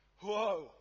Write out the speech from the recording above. whoa